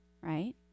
right